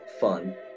fun